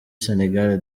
sénégal